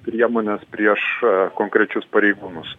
priemones prieš konkrečius pareigūnus